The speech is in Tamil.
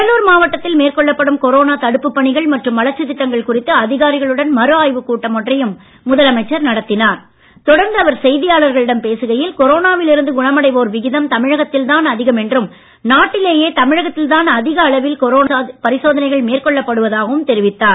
கடலூர் மாவட்டத்தில் மேற்கொள்ளப்படும் கொரோனா தடுப்பு பணிகள் மற்றும் வளர்ச்சி திட்டங்கள் குறித்து அதிகாரிகளுடன் மறு ஆய்வு கூட்டம் ஒன்றையும் செய்தியாளர்களிடம் இருந்து குணமடைவோர் விகிதம் தமிழகத்தில் தான் அதிகம் என்றும் நாட்டிலேயே தமிழகத்தில் தான் அதிக அளவில் கொரோனா பரிசோதனைகள் மேற்கொள்ளப் படுவதாகவும் தெரிவித்தார்